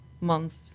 month